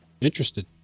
interested